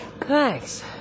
Thanks